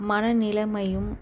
மனநிலமையும்